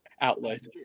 outlet